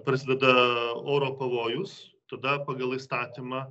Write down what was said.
prasideda oro pavojus tada pagal įstatymą